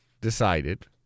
decided